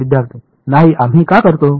विद्यार्थी नाही आम्ही का करतो